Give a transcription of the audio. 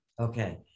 Okay